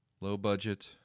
low-budget